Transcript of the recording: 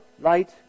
light